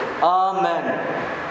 amen